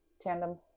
tandem